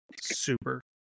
super